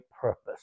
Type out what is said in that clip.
purpose